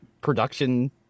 production